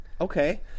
Okay